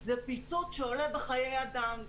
זה פיצוץ שעולה בחיי אדם.